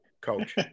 coach